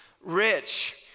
rich